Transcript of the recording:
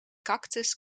cactus